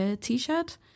t-shirt